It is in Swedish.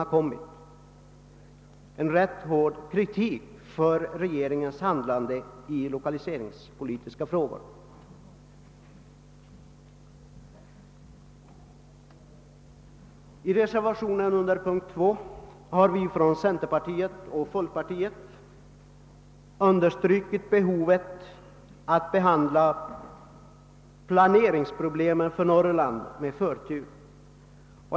Det är en rätt hård kritik av regeringens handlande i lokaliseringspolitiska frågor! I reservationen 2 har vi från centerpartiet och folkpartiet understrukit behovet av att behandla planeringsproblemen för Norrland med förtur.